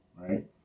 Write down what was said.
right